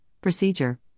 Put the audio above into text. Procedure